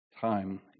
time